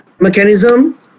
mechanism